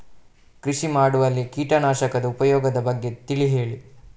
ಕೃಷಿ ಮಾಡುವಲ್ಲಿ ಕೀಟನಾಶಕದ ಉಪಯೋಗದ ಬಗ್ಗೆ ತಿಳಿ ಹೇಳಿ